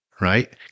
right